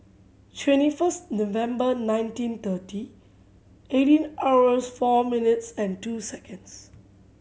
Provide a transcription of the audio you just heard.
twenty first November nineteen thirty eighteen hours four minutes and two seconds